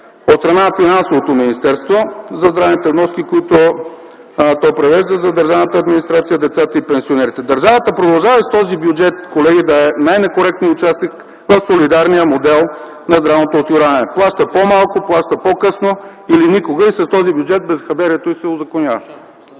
от страна на Финансовото министерство за здравните вноски, които то превежда за държавната администрация, децата и пенсионерите. Държавата продължава и с този бюджет, колеги, да е най-некоректният участник в солидарния модел на здравното осигуряване. Плаща по-малко, плаща по-късно или никога и с този бюджет безхаберието й се узаконява.